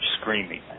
screaming